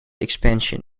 expansion